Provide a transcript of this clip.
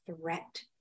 threat